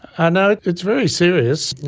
ah no, it's very serious,